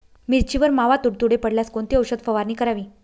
मिरचीवर मावा, तुडतुडे पडल्यास कोणती औषध फवारणी करावी?